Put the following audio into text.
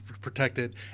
protected